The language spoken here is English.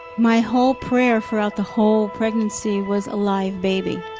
my whole prayer, throughout the whole pregnancy, was a live baby.